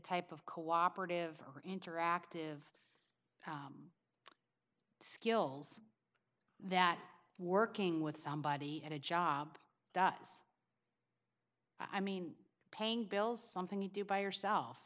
type of cooperative or interactive skills that working with somebody at a job i mean paying bills something you do by yourself